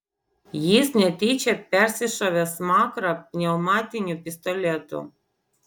jis netyčia persišovė smakrą pneumatiniu pistoletu